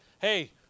hey